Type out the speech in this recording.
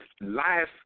life